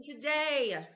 today